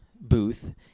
booth